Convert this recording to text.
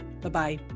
Bye-bye